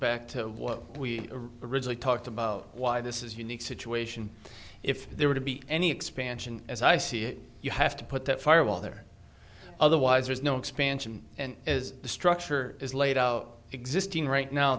back to what we originally talked about why this is unique situation if there were to be any expansion as i see it you have to put that firewall there otherwise there's no expansion and as the structure is laid out existing right now